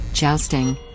jousting